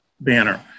banner